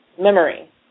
Memory